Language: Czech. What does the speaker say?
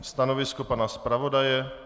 Stanovisko pana zpravodaje?